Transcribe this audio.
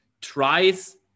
tries